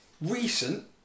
Recent